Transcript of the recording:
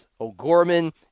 O'Gorman